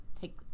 take